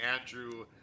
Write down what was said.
Andrew